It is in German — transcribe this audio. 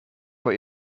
vor